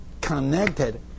connected